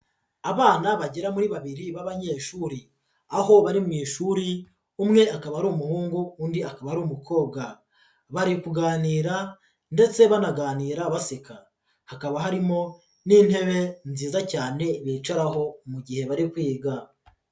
Abana bagera muri babiri b'abanyeshuri. Aho bari mu ishuri, umwe akaba ari umuhungu, undi akaba ari umukobwa. Bari kuganira ndetse banaganira baseka. Hakaba harimo n'intebe nziza cyane, bicaraho mu gihe bari kwiga.